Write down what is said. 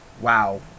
wow